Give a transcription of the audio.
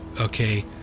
okay